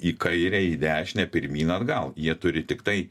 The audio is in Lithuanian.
į kairę į dešinę pirmyn atgal jie turi tiktai